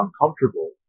uncomfortable